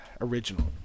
original